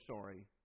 sorry